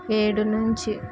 ఏడు నుంచి